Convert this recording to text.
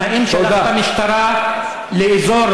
והאם שלחת משטרה לאזור